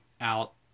Out